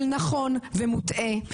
של נכון ומוטעה,